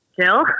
Jill